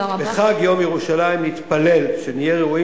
בחג יום ירושלים נתפלל שנהיה ראויים